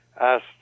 asked